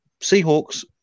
Seahawks